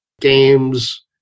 games